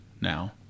now